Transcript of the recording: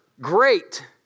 great